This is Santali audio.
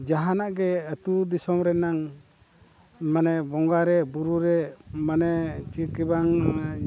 ᱡᱟᱦᱟᱱᱟᱜ ᱜᱮ ᱟᱛᱳᱼᱫᱤᱥᱚᱢ ᱨᱮᱱᱟᱜ ᱢᱟᱱᱮ ᱵᱚᱸᱜᱟ ᱨᱮ ᱵᱩᱨᱩ ᱨᱮ ᱢᱟᱱᱮ ᱪᱮᱫ ᱜᱮ ᱵᱟᱝ